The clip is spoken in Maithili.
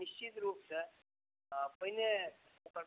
निश्चित रुपसे पहिने ओकर